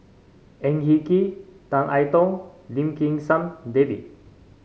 Ang Hin Kee Tan I Tong and Lim Kim San David